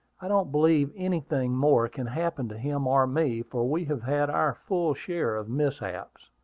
i don't believe anything more can happen to him or me, for we have had our full share of mishaps.